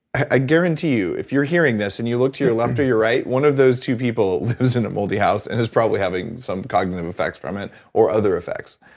i guarantee you, if you're hearing this, and you look to your left or your right, one of those two people lives in a moldy house and is probably having some cognitive effects from it, or other effects.